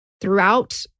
throughout